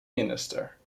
minister